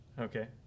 Okay